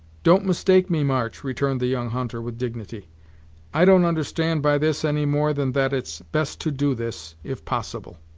don't mistake me, march, returned the young hunter, with dignity i don't understand by this any more than that it's best to do this, if possible.